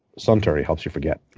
suntory helps you forget.